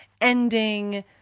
ending